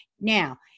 Now